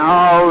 now